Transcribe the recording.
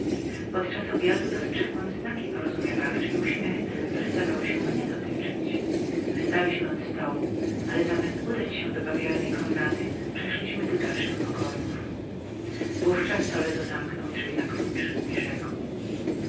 podczas obiadu dostrzegłem znaki porozumienia i uśmiechy które zdawały się mnie dotyczyć wstaliśmy od stołu i zamiast udania się do bawialnej komnaty przeszliśmy do ostatnich pokojów naówczas toledo zamknął drzwi na klucz i rzekł